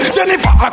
Jennifer